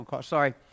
Sorry